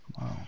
Wow